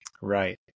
right